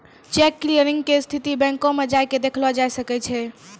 cheque clearing के स्थिति बैंको मे जाय के देखलो जाय सकै छै